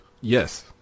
Yes